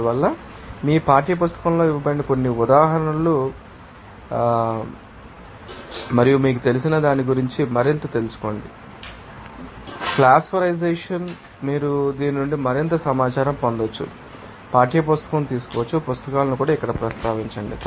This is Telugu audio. అందువల్ల మీ పాఠ్యపుస్తకంలో ఇవ్వబడిన కొన్ని ఉదాహరణ మరియు మీకు తెలిసిన దాని గురించి మరింత తెలుసుకోండి ఫ్లాష్వెపరైజెషన్ం మీరు దీని నుండి మరింత సమాచారం పొందవచ్చు మీకు తెలుసా పాఠ్యపుస్తకం తీసుకోవచ్చు పుస్తకాలను కూడా ఇక్కడ ప్రస్తావించండి